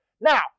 Now